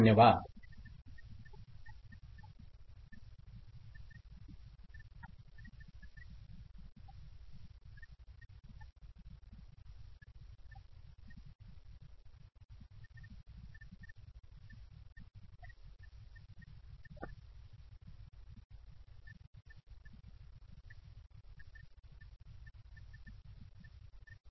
धन्यवाद